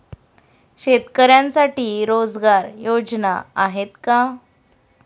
शेतकऱ्यांसाठी रोजगार योजना आहेत का?